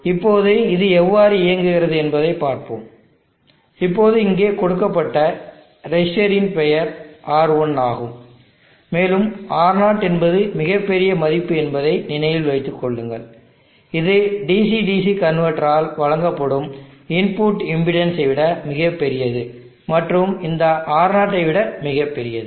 இப்போது இது எவ்வாறு இயங்குகிறது என்பதைப் பார்ப்போம் இப்போது இங்கே கொடுக்கப்பட்ட ரெசிஸ்டரின் பெயர் R1 ஆகும் மேலும் R0 என்பது மிகப் பெரிய மதிப்பு என்பதை நினைவில் வைத்துக் கொள்ளுங்கள் இது DC DC கன்வெர்ட்டரால் வழங்கப்படும் இன்புட் இம்பெடன்ஸ் ஐ விட மிகப் பெரியது மற்றும் இந்த R0 ஐ விட மிகப் பெரியது